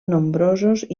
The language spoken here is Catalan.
nombrosos